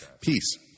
Peace